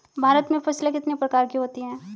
भारत में फसलें कितने प्रकार की होती हैं?